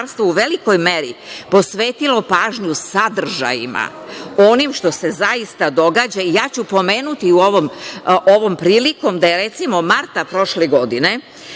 u velikoj meri posvetilo pažnju sadržajima onim što se zaista događa. Pomenuću ovom prilikom da je marta prošle godine